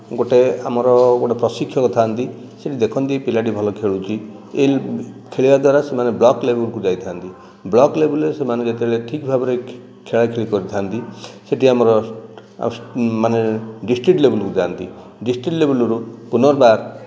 ଆମର ଗୋଟେ ପ୍ରଶିକ୍ଷକ ଥାଆନ୍ତି ସେଇଠି ଦେଖନ୍ତି ପିଲାଟି ଭଲ ଖେଳୁଛି ଖେଳିବା ଦ୍ୱାରା ସେମାନେ ବ୍ଲକ ଲେବୁଲକୁ ଯାଇଥାନ୍ତି ବ୍ଲକ ଲେବୁଲରେ ସେମାନେ ଯେତେବେଳେ ଠିକ୍ ଭାବରେ ଖେଳାଖେଳି କରିଥାନ୍ତି ସେଇଠି ଆମର ମାନେ ଡିଷ୍ଟ୍ରିକ୍ଟ ଲେବୁଲକୁ ଯାଆନ୍ତି ଡିଷ୍ଟ୍ରିକ୍ଟ ଲେବୁଲରୁ ପୂର୍ଣ୍ଣବାର